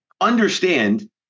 understand